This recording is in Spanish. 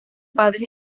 padres